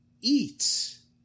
eats